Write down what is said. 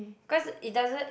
cause it doesn't